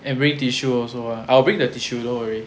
eh bring tissue also ah I'll bring the tissue no worry